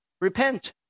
Repent